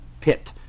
pit